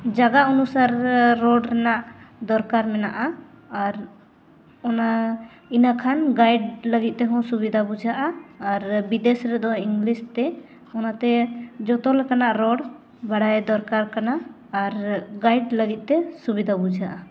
ᱡᱟᱭᱜᱟ ᱚᱱᱩᱥᱟᱨ ᱨᱚᱲ ᱨᱮᱱᱟᱜ ᱫᱚᱨᱠᱟᱨ ᱢᱮᱱᱟᱜᱼᱟ ᱟᱨ ᱚᱱᱟ ᱤᱱᱟᱹ ᱠᱷᱟᱱ ᱞᱟᱹᱜᱤᱫ ᱛᱮᱦᱚᱸ ᱥᱩᱵᱤᱫᱷᱟ ᱵᱩᱡᱷᱟᱹᱜᱼᱟ ᱟᱨ ᱵᱤᱫᱮᱥ ᱨᱮᱫᱚ ᱛᱮ ᱚᱱᱟᱛᱮ ᱡᱚᱛᱚ ᱞᱮᱠᱟᱱᱟᱜ ᱨᱚᱲ ᱵᱟᱲᱟᱭ ᱫᱚᱨᱠᱟᱨ ᱠᱟᱱᱟ ᱟᱨ ᱞᱟᱹᱜᱤᱫ ᱛᱮ ᱥᱩᱵᱤᱫᱷᱟ ᱵᱩᱡᱷᱟᱹᱜᱼᱟ